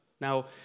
Now